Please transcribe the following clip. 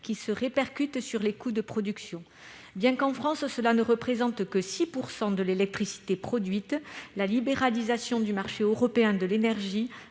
qui se répercutent sur les coûts de production. Bien que, en France, cela ne représente que 6 % de l'électricité produite, la libéralisation du marché européen de l'énergie